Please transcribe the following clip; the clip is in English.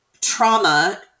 trauma